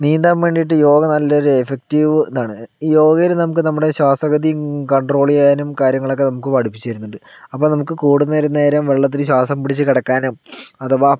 നീന്താൻ വേണ്ടീട്ട് യോഗ നല്ലൊരു എഫക്റ്റീവ് ഇതാണ് യോഗയിൽ നമുക്ക് നമ്മുടെ ശ്വാസഗതി കണ്ട്രോൾ ചെയ്യാനും കാര്യങ്ങളൊക്കെ നമുക്ക് പഠിപ്പിച്ച് തരുന്നുണ്ട് അപ്പോൾ നമുക്ക് കൂടുതൽ നേരം വെള്ളത്തിൽ ശ്വാസം പിടിച്ച് കിടക്കാനും അഥവാ